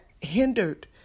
hindered